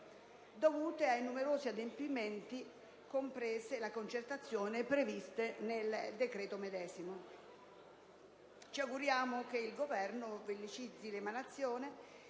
dovute ai numerosi adempimenti, comprese le concertazioni previste nel decreto medesimo. Ci auguriamo che il Governo velocizzi l'emanazione